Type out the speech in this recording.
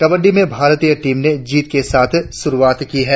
कबड़डी में भारतीय टीम ने जीत के साथ शुरुआत की है